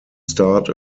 start